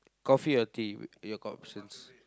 coffee or tea your options